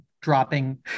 dropping